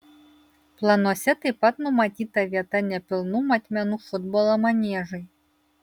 planuose taip pat numatyta vieta nepilnų matmenų futbolo maniežui